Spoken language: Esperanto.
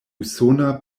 usona